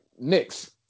Knicks